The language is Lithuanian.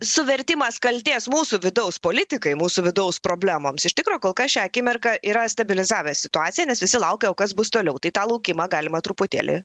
suvertimas kaltės mūsų vidaus politikai mūsų vidaus problemoms iš tikro kol kas šią akimirką yra stabilizavę situaciją nes visi laukia o kas bus toliau tai tą laukimą galima truputėlį